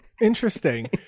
interesting